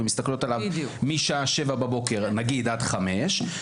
הן מסתכלות עליו משעה 07:00 בבוקר עד 17:00,